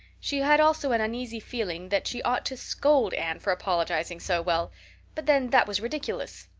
she had also an uneasy feeling that she ought to scold anne for apologizing so well but then, that was ridiculous!